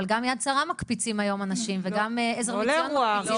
אבל גם "יד שרה" מקפיצים היום אנשים וגם "עזר מציון" מקפיצים.